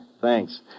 Thanks